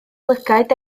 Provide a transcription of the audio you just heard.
lygad